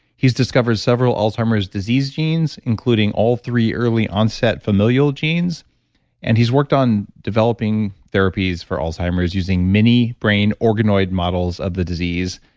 he's discovered several alzheimer's disease genes, including all three early onset familial genes and he's worked on developing therapies for alzheimer's using mini brain organoid models of the disease.